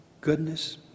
goodness